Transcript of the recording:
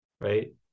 right